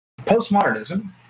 postmodernism